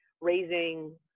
raising